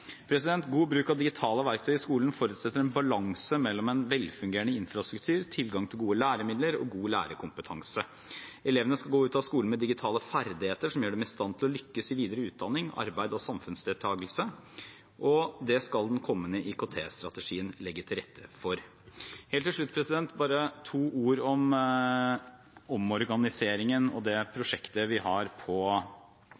God bruk av digitale verktøy i skolen forutsetter balanse mellom velfungerende infrastruktur, tilgang til gode læremidler og god lærerkompetanse. Elevene skal gå ut av skolen med digitale ferdigheter som gjør dem i stand til å lykkes i videre utdanning, arbeid og samfunnsdeltagelse. Det skal den kommende IKT-strategien legge til rette for. Helt til slutt bare to ord om omorganiseringen og det